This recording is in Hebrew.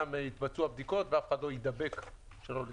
וגם יתבצעו הבדיקות ואף אחד לא יידבק שלא לצורך.